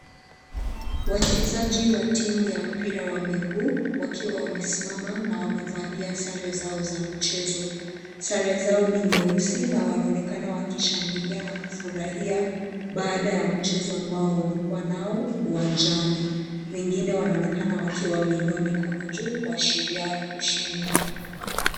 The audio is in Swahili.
Wachezaji wa timu ya mpira wa miguu wakiwa wamesimama na wamevalia sare zao za mchezo, sare zao ni nyeusi na wanaonekana wakishangilia na kufurahia baada ya mchezo ambao wamekua nao uwanjani, wengine wanaonekana wakiwa wameinua mikono juu kuashiria ushindi.